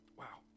wow